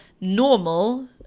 normal